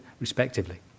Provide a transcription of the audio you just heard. respectively